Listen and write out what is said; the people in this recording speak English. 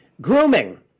Grooming